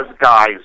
guys